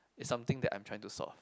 is something that I'm trying to solve